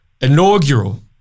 inaugural